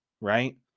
right